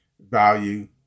value